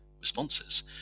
responses